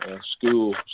school